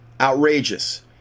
Outrageous